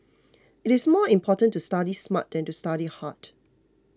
it is more important to study smart than to study hard